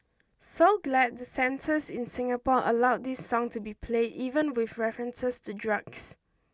so glad the censors in Singapore allowed this song to be played even with references to drugs